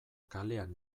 kalean